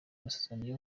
amasezerano